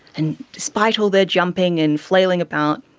and despite all their jumping and flailing about,